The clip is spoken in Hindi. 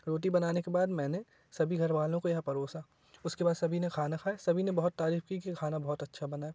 रोटी बनाने के बाद मैंने सभी घर वालों को यह परोसा उसके बाद सभी ने खाना खाया सभी ने बहुत तारीफ की कि खाना बहुत अच्छा बना है